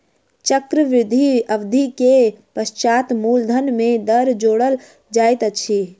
चक्रवृद्धि अवधि के पश्चात मूलधन में दर जोड़ल जाइत अछि